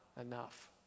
enough